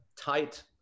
tight